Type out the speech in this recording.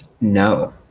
no